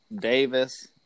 Davis